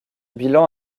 bilan